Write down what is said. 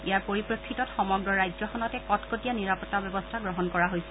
ইয়াৰ পৰিপ্ৰেক্ষিতত সমগ্ৰ ৰাজ্যখনতে কটকটীয়া নিৰাপত্তা ব্যৱস্থা কৰা হৈছে